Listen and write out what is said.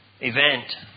event